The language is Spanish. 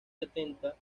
setenta